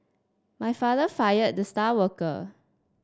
my father fired the star worker